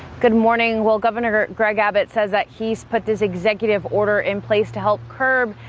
good morning will governor greg abbott says that he's put his executive order in place to help curb.